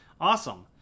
Awesome